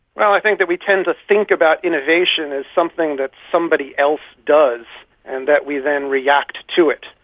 well, i think that we tend to think about innovation as something that somebody else does, and that we then react to it.